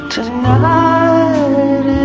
Tonight